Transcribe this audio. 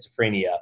schizophrenia